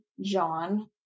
John